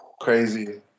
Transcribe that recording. Crazy